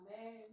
Amen